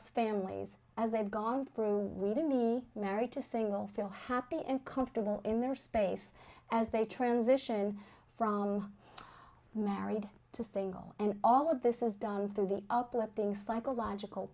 families as they're gong to be married to single feel happy and comfortable in their space as they transition from married to single and all of this is done through the uplifting psychological